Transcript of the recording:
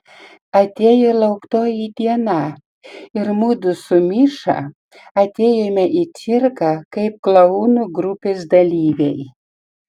atėjo lauktoji diena ir mudu su miša atėjome į cirką kaip klounų grupės dalyviai